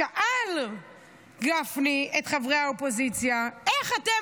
שאל גפני את חברי האופוזיציה: איך אתם